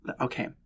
Okay